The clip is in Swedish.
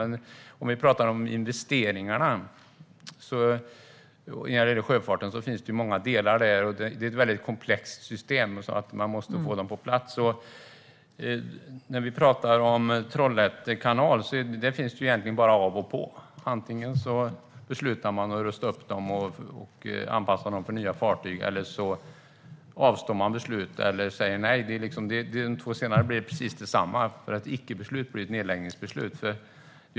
Men det finns många delar i investeringarna när det gäller sjöfarten. Det är ett komplext system som man måste få på plats. För Trollhätte kanal är det egentligen bara av eller på som gäller. Antingen beslutar man att rusta upp och anpassa slussarna för nya fartyg eller avstår man beslut eller säger nej. De två senare leder till precis samma resultat. Ett icke-beslut blir ett nedläggningsbeslut.